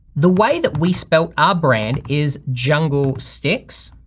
the way that we spelled our brand is jungle stix,